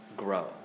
grow